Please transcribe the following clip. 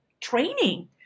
training